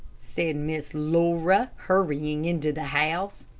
said miss laura, hurrying into the house.